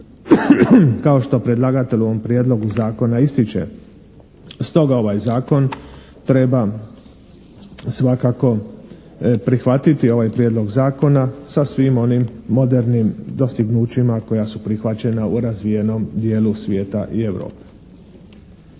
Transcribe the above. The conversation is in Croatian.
kao što predlagatelj u ovom Prijedlogu zakona ističe. Stoga ovaj Zakon treba svakako prihvatiti ovaj Prijedlog zakona sa svim onim modernim dostignućima koja su prihvaćena u razvijenom dijelu svijeta i Europe.